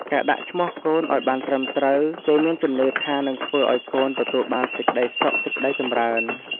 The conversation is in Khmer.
ការដាក់ឈ្មោះកូនឲ្យបានត្រឹមត្រូវ គេមានជំនឿថានិងធ្វើឲ្យកូនទទួលបានសេចក្ដីសុខសេក្ដីចម្រើន។